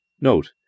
Note